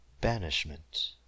Banishment